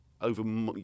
over